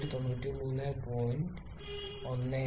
15 K